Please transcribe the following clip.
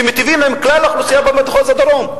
שמטיבים עם כלל האוכלוסייה במחוז הדרום,